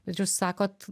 ir jūs sakot